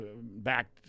back